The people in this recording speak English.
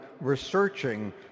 researching